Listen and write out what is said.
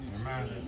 Amen